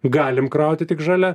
galim krauti tik žalia